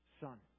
son